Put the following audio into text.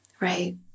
Right